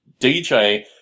dj